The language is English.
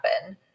happen